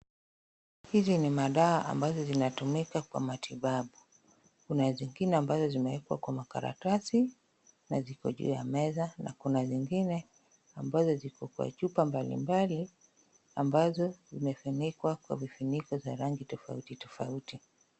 Hizi ni madawa ambazo zinatumika kwa matibabu. Kuna zingine ambazo zimewekwa kwa makaratasi na ziko juu ya meza na kuna zingine ambazo ziko kwa chupa mbalimbali ambazo zimefunikwa kwa vifuniko za rangi tofautitofauti.